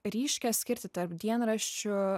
ryškią skirtį tarp dienraščių